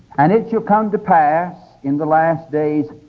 and it shall come to pass in the last days,